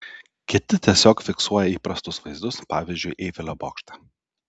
kiti tiesiog fiksuoja įprastus vaizdus pavyzdžiui eifelio bokštą